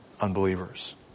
unbelievers